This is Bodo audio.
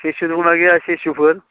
सेसु दंना गैया सेसुफोर